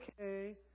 okay